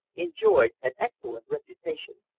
enjoyed an excellent reputation.